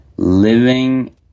living